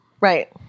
right